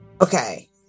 Okay